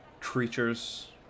creatures